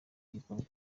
gikorwa